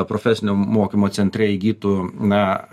profesinio mokymo centre įgytų na